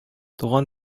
туган